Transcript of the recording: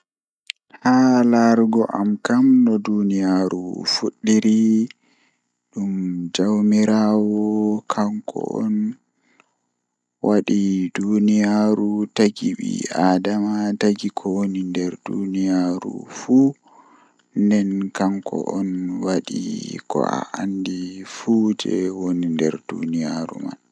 Ko ɗum woodani ngal njogorde o woodi fota waawugol ndimaagu, ko nde a naatude e semmbugol ɗi njarɗi kadi ngal konngol Ngal njogorde woodi heɓre ɓuri naatugol haɓugol heɓe, kono kadi ɓe njogirɗi goɗɗum waɗi neɗɗo ka semmbugol Aɗa waawi ɗum ɓuri njiggita ka haɓugol ko njogoree e nde ɓamɗe kadi heɓe heɓre. Kono ngal konngol woodani kaɓe goongɗi, ɗum njikataaɗo haɓugol ngoodi e laawol ngol.